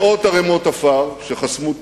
מאות ערימות עפר שחסמו תנועה.